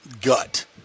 gut